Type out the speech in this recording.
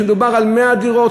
כשמדובר על 100 דירות,